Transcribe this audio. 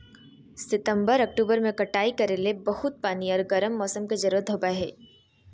सितंबर, अक्टूबर में कटाई करे ले बहुत पानी आर गर्म मौसम के जरुरत होबय हइ